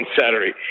Saturday